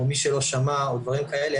או מי שלא שמע או דברים כאלה,